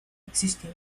existió